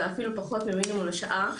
ואפילו פחות ממינימום לשעה,